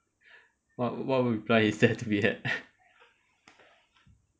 what what would reply is there to be add